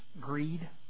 greed